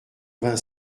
vingt